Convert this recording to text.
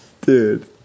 Dude